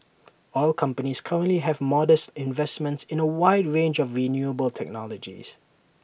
oil companies currently have modest investments in A wide range of renewable technologies